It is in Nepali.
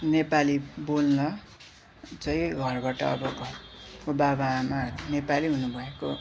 नेपाली बोल्न चाहिँ घरबाटै अब घरको बाबाआमाहरू नेपाली हुनुभएको